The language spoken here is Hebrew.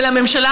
ולממשלה,